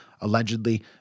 Allegedly